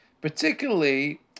particularly